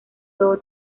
todo